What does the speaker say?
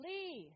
Lee